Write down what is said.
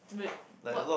wait what